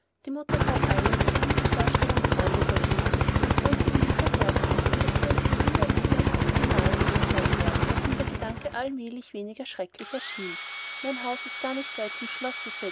die mutter that alles um ihm die vorstellung freundlicher zu machen und tröstete ihn so herzlich und erzählte ihm immer wieder wie nah sie ihm sein werde daß ihm der gedanke allmählich weniger schrecklich erschien mein haus ist gar nicht weit vom schlosse